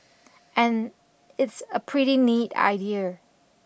and it's a pretty neat idea